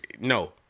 No